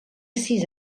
sis